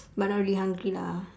but not really hungry lah